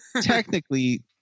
technically